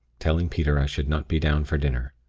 telling peter i should not be down for dinner.